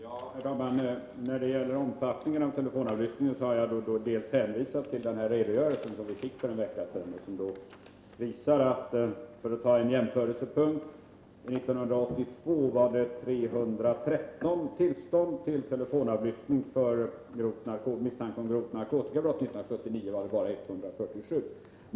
Herr talman! När det gäller omfattningen av telefonavlyssningen har jag hänvisat till den redogörelse vi fick för en vecka sedan och som visar, för att ta en jämförelsepunkt, att 1982 gavs det 313 tillstånd till telefonavlyssning för misstanke om grovt narkotikabrott. 1979 gavs det 147 tillstånd.